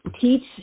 teach